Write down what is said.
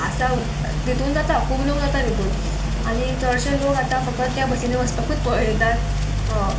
आसा तितून जाता खूब लोक जाता तितून आनी चडशे लोक आतां फकत त्या बसींनी वचपाकूत पळयतात